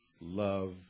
love